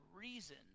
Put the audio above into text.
reason